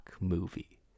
movie